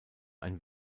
ein